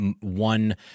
one